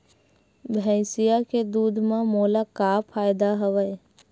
भैंसिया के दूध म मोला का फ़ायदा हवय?